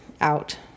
out